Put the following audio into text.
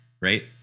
right